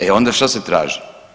E onda šta se traži?